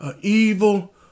evil